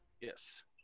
Yes